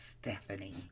Stephanie